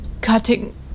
cutting